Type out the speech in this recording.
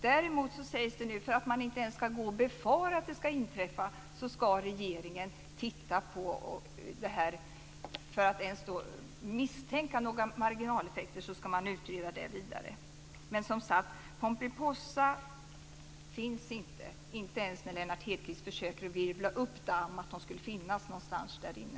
Däremot sägs det nu, för att man inte skall gå och befara att det skall inträffa, att regeringen skall titta på det här. För att inte behöva ens misstänka några marginaleffekter skall man utreda det vidare. Men som sagt: Pomperipossaeffekten finns inte, inte ens när Lennart Hedquist försöker att virvla upp damm att den skulle finnas någonstans där inne.